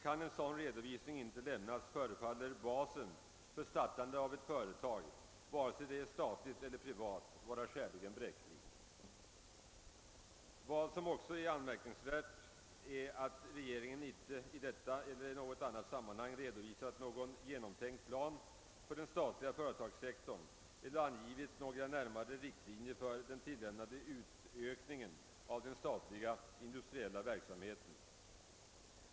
Om en sådan redovisning inte kan ges förefaller basen för startande av ett företag, vare sig det är statligt eller privat, vara skäligen bräcklig. Anmärkningsvärt är även att rege ringen varken i detta eller i något annat sammanhang redovisat någon genomtänkt plan för den statliga företagssektorn eller angivit några närmare riktlinjer för den planerade utökningen av den statliga industriella verksamheten.